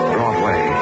Broadway